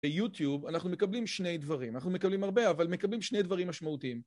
ביוטיוב אנחנו מקבלים שני דברים, אנחנו מקבלים הרבה אבל מקבלים שני דברים משמעותיים